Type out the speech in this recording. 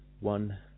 one